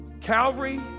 Calvary